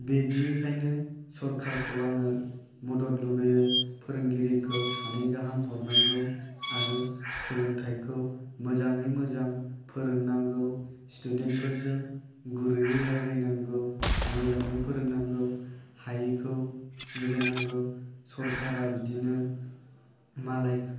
बिदिखायनो सरखारखौ आङो मदद लुगैयो फोरोंगिरिखौ सानै गाहाम हरनांगौ आरो सोलोंथाइखौ मोजाङै मोजां फोरोंनांगौ स्टुडेन्टफोरजों गुरैयै रायज्लायनांगौ मोजाङै फोरोंनांगौ हायैखौ रायज्लायनांगौ सरखारा बिदिनो मालाय